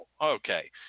Okay